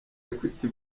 equity